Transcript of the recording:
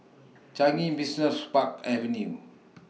Changi Business Park Avenue